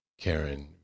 Karen